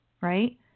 right